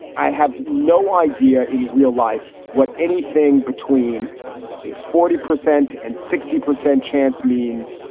i have no idea in real life what anything between a forty percent and sixty percent chance means.